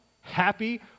happy